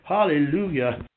Hallelujah